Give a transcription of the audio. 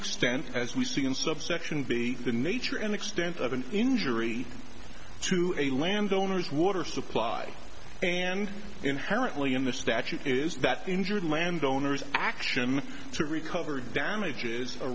and as we see in subsection b the nature and extent of an injury to a landowner's water supply and inherently in the statute is that injured landowners action to recover damages a